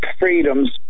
freedoms